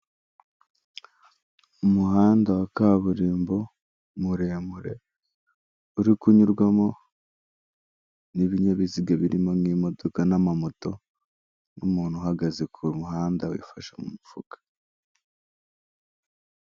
Umuhanda wa kaburimbo muremure, uri kunyurwamo n'ibinyabiziga birimo nk'imodoka n'amamoto n'umuntu uhagaze ku muhanda wifashe mu mufuka.